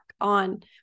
on